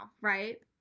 right